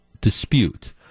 dispute